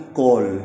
call